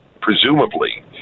presumably